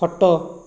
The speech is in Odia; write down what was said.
ଖଟ